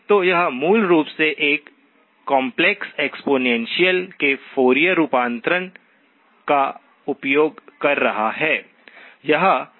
तो यह मूल रूप से एक काम्प्लेक्स एक्सपोनेंशियल के फॉरिएर रूपांतरण का उपयोग कर रहा है